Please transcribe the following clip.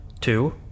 two